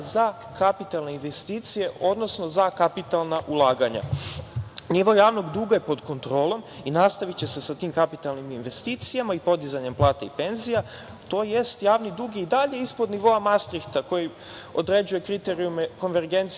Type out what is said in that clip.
kapitalne investicije, odnosno za kapitalna ulaganja. Nivo javnog duga je pod kontrolom i nastaviće se sa tim kapitalnim investicijama i podizanjem plata i penzija tj. javni dug je i dalje ispod nivoa Mastrihta koji određuje kriterijume konvergencije